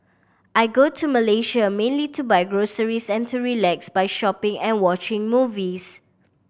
I go to Malaysia mainly to buy groceries and to relax by shopping and watching movies